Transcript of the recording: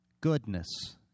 Goodness